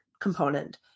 component